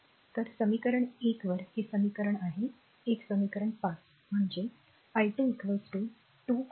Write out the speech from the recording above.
तर समीकरण एक वर हे एक समीकरण आहे एक समीकरण 5 म्हणजे i2 2 i 3